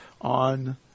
on